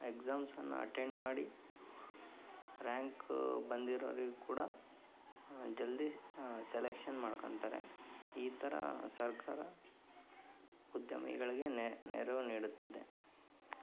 ಎಕ್ಸಾಮ್ಸನ್ನು attend ಮಾಡಿ rank ಬಂದಿರೋರಿಗೂ ಕೂಡಾ ಜಲ್ದಿ ಸೆಲೆಕ್ಷನ್ ಮಾಡ್ಕಂತಾರೆ ಈ ಥರ ಸರ್ಕಾರ ಉದ್ಯಮಿಗಳಿಗೆ ನೆರವು ನೀಡುತ್ತದೆ